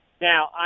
Now